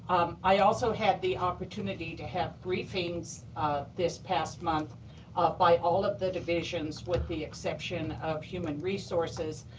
i also had the opportunity to have briefings this past month by all of the divisions with the exception of human resources.